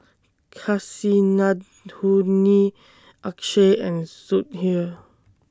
Kasinadhuni Akshay and Sudhir